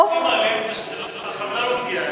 הכי מעליב זה כשהחבילה לא מגיעה אליך.